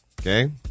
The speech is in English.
okay